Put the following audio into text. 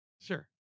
Sure